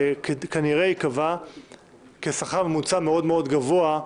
וכנראה ייקבע כשכר ממוצע מאוד מאוד גבוה,